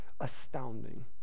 astounding